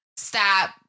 stop